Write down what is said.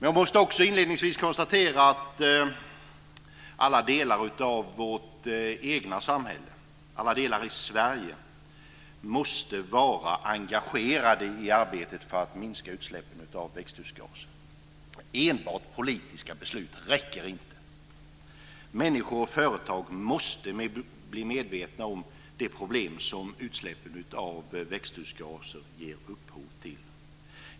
Jag måste också inledningsvis konstatera att alla delar av vårt eget samhälle, alla delar i Sverige, måste vara engagerade i arbetet för att minska utsläppen av växthusgaser. Enbart politiska beslut räcker inte. Människor och företag måste bli medvetna om de problem som utsläppen av växthusgaser ger upphov till.